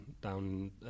down